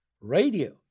radio